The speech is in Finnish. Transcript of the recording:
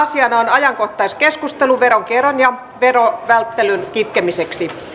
asiana on ajankohtaiskeskustelu veronkierron ja verovälttelyn kitkemisestä